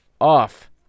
off